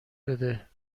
بده